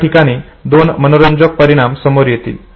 या ठिकाणाहून दोन मनोरंजक परिणाम समोर येतील